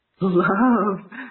love